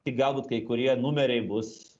tik galbūt kai kurie numeriai bus